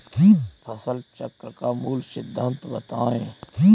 फसल चक्र का मूल सिद्धांत बताएँ?